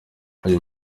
uyu